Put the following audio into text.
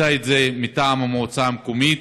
הקצה את זה מטעם המועצה המקומית.